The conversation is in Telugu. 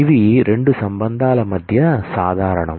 ఇవి రెండు రిలేషన్ల మధ్య సాధారణం